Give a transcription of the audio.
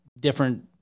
different